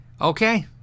Okay